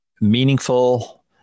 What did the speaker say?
meaningful